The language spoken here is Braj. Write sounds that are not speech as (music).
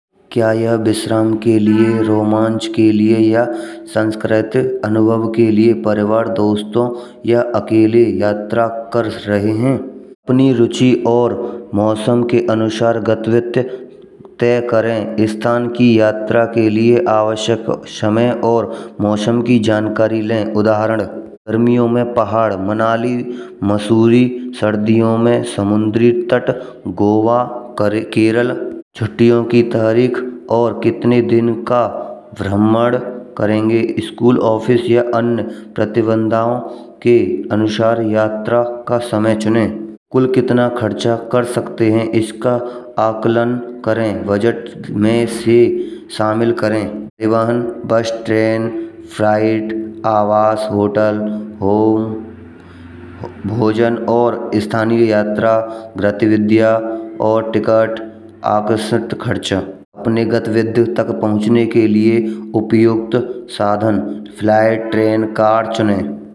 क्या ये विश्वाम (नॉइज) के लिये रोमांच के लिये या सांस्कृतिक अनुभाव के लिये परिवार दोस्तौ या अकेले यात्रा कर रहे हैं। अपनी रुचि और मौसम के अनुसार गतिविधियाँ तय करें। स्थान की यात्रा के लिये आवश्यक समय और मौसम की जानकारी लें, उदाहरण ग्रीष्म ऋतु में पहाड़, मनाली, मसूरी। सर्दियों में समुद्री तट, गोवा, केरल छुट्टियों की तारीख और कितने दिन का भ्रमण करेंगे। स्कूल, ऑफिस या अन्य प्रतिबंधों के अनुसार यात्रा का समय चुनें कुल कितना खर्चा कर सकते हैं। इसका आकलन करें बजट में से शामिल करें। परिवहन बस, ट्रेन, फ्लाइट, आवास, होटल, होम, भोजन और स्थानीय यात्रा वृत्ति विद्या और टिकट आकर्षक खर्चे अपने गतिविधियों तक पहुँचने के लिये उपयुक्त साधन फ्लाइट ट्रेन कार चुनें।